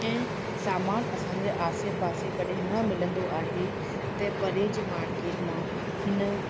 ऐं सामानु असां जे आसे पासे कॾहिं न मिलंदो आहे त परे जे मार्केट मां हिन